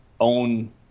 own